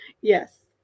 Yes